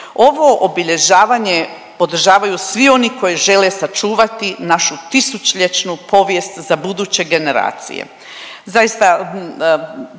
Ovo obilježavanje podržavaju svi oni koji žele sačuvati našu tisućljetnu povijest za buduće generacije. Zaista